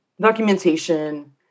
documentation